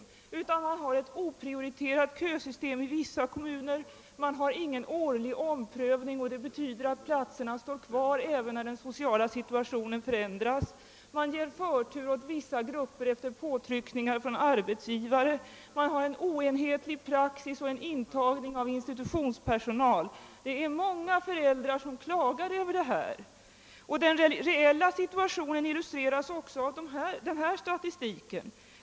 I vissa kommuner har man ett oprioriterat kösystem, och man har ingen årlig omprövning, vilket betyder att platserna står kvar även när den sociala situationen förändras. Man ger förtur åt vissa grupper efter påtryckningar från arbetsgivare. Man har oenhetlig praxis o.s.v. Det är många föräldrar som klagar över detta. Den reella situationen illustreras av följande statistik.